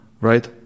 right